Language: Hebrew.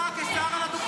יכול להיות שזה מצחיק אתכם.